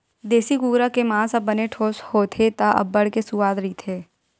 देसी कुकरा के मांस ह बने ठोस होथे त अब्बड़ के सुवाद रहिथे